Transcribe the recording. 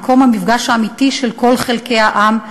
מקום המפגש האמיתי של כל חלקי העם,